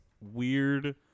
weird